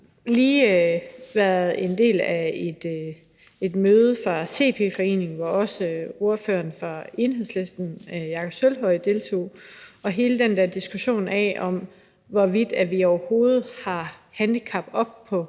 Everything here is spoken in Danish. lige været en del af et møde for CP-foreningen, hvor også ordføreren fra Enhedslisten, hr. Jakob Sølvhøj, deltog, og hele den der diskussion af, hvorvidt vi overhovedet har handicap oppe